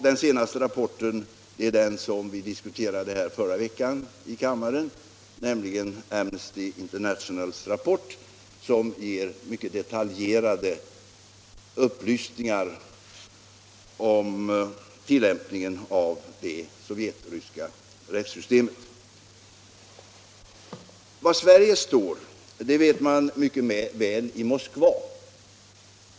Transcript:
Den senaste redogörelsen, som vi diskuterade här i kammaren förra veckan, nämligen Amnesty Internationals rapport, ger mycket detaljerade upplysningar om tillämpningen av det sovjetryska rättssystemet. Var Sverige står vet man mycket väl i Moskva.